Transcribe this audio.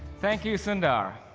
thank you, sundar.